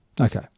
okay